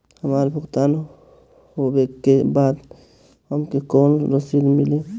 हमार भुगतान होबे के बाद हमके कौनो रसीद मिली?